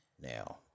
Now